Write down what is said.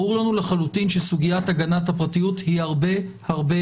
ברור לנו לחלוטין שסוגיית הגנת הפרטיות היא הרבה הרבה